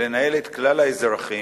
ולנהל את כלל האזרחים,